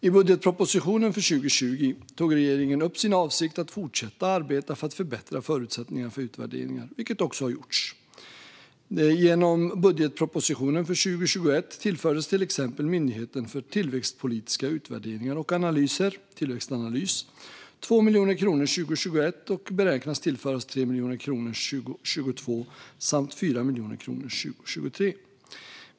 I budgetpropositionen för 2020 tog regeringen upp sin avsikt att fortsätta arbeta för att förbättra förutsättningarna för utvärderingar, vilket också har gjorts. Genom budgetpropositionen för 2021 tillfördes till exempel Myndigheten för tillväxtpolitiska utvärderingar och analyser - Tillväxtanalys - 2 miljoner kronor 2021 och beräknas tillföras 3 miljoner kronor 2022 samt 4 miljoner kronor 2023.